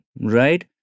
Right